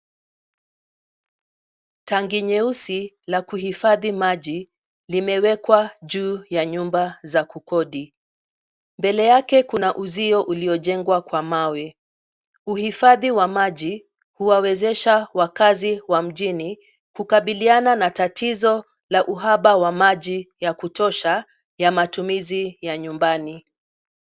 Tangi nyeusi la kuhifadhi maji limewekwa juu ya nyumba za kukodi. Mbele yake kuna uzio uliojengwa kwa mawe. Uhifadhi wa maji huwawezesha wakazi wa mjini kukabiliana na tatizo la uhaba wa maji ya kutosha ya matumizi ya nyumbani.